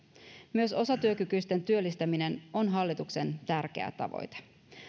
myös osatyökykyisten työllistäminen on hallituksen tärkeä tavoite